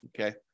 okay